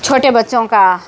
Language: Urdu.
چھوٹے بچوں کا